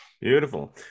Beautiful